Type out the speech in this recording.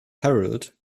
herald